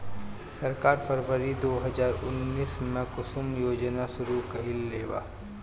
सरकार फ़रवरी दो हज़ार उन्नीस में कुसुम योजना शुरू कईलेबा